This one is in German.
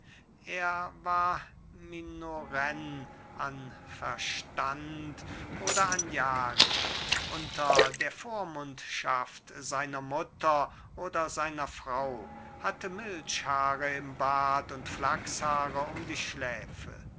er war minorenn an verstand oder an jahren unter der vormundschaft seiner mutter oder seiner frau hatte milchhaare im bart und flachshaare um die schläfe